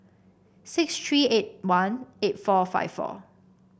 six three eight one eight four five four